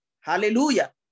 hallelujah